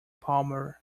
palmer